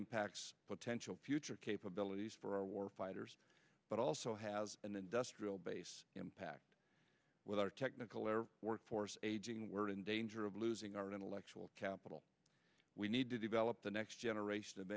impacts potential future capabilities for our war fighters but also has an industrial base impact with our technical or workforce aging we're in danger of losing our intellectual capital we need to develop the next generation of